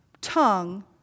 tongue